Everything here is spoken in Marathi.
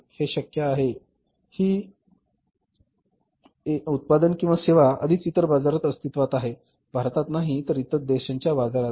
हे शक्य आहे की उत्पादन किंवा सेवा आधीच इतर बाजारात अस्तित्वात आहे भारतात नाही तर इतर देशांच्या बाजारात